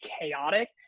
chaotic